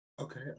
Okay